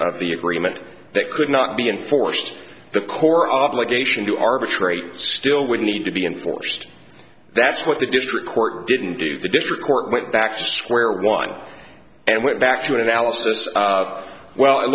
of the agreement that could not be enforced the core obligation to arbitrate still would need to be enforced that's what the district court didn't do the district court went back to square one and went back to an analysis of well it